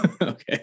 Okay